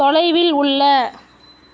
தொலைவில் உள்ள